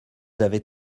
avez